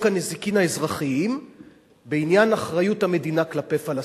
הנזיקין האזרחיים בעניין אחריות המדינה כלפי פלסטינים.